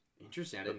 Interesting